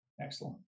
Excellent